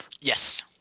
Yes